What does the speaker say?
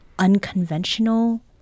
unconventional